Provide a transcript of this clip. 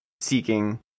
seeking